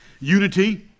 Unity